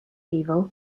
evil